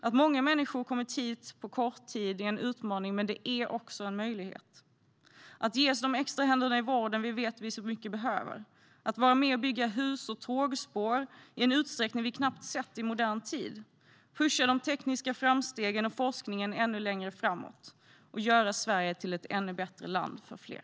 Att många människor har kommit hit på kort tid är en utmaning, men också en möjlighet. Det är en möjlighet att få de extra händer i vården som vi vet att vi behöver så mycket, att bygga hus och tågspår i en utsträckning vi knappt sett i modern tid och att pusha de tekniska framstegen och forskningen ännu längre framåt och göra Sverige till ett ännu bättre land för fler.